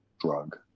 drug